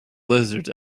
lizards